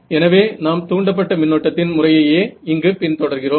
எனவே நாம் தூண்டப்பட்ட மின்னோட்டத்தின் முறையையே இங்கு பின் தொடர்கிறோம்